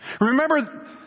Remember